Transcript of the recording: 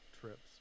trips